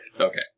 Okay